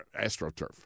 AstroTurf